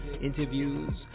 interviews